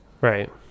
Right